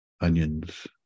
onions